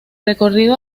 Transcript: recorrido